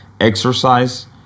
exercise